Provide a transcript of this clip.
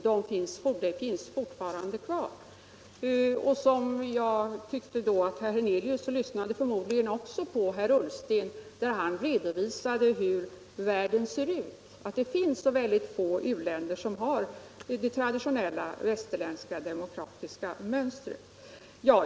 Herr Hernelius lyssnade förmodligen också till herr Ullstens redovisning av hur världen ser ut och att det tinns så få u-länder som har det traditionella västerländska demokratiska mönstret.